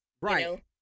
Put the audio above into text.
Right